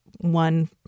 One